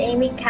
Amy